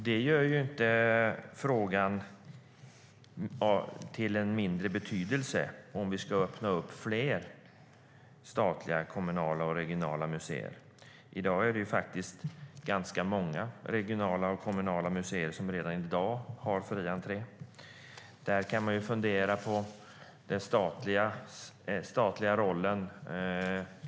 Det gör ju inte att frågan om huruvida vi ska öppna upp fler statliga, kommunala och regionala museer får mindre betydelse. Det är faktiskt ganska många regionala och kommunala museer som redan i dag har fri entré. Där kan man fundera på den statliga rollen.